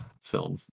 Film